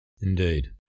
Indeed